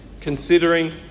considering